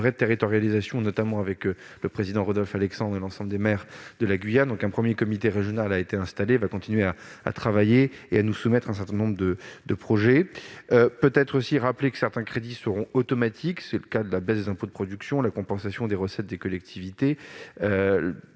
territorialisation, notamment avec le président Rodolphe Alexandre et l'ensemble des maires de la Guyane. Un premier comité régional a été installé ; il va continuer à travailler et à nous soumettre des projets. Je précise que certains crédits seront automatiques, comme ceux qui sont liés à la baisse des impôts de production, à la compensation des recettes des collectivités